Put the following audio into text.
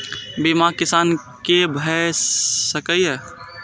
बीमा किसान कै भ सके ये?